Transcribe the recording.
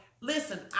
listen